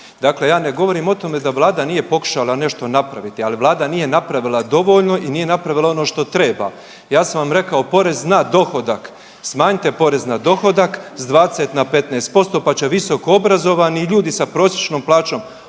Dakle, ja ne govorim o tome da vlada nije pokušala nešto napraviti, ali vlada nije napravila dovoljno i nije napravila ono što treba. Ja sam vam rekao, porez na dohodak smanjite porez na dohodak s 20 na 15% pa će visokoobrazovani i ljudi s prosječnom plaćom